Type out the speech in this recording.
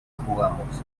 jugamos